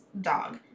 dog